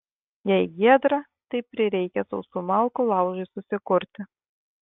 jei giedra tai prireikia sausų malkų laužui susikurti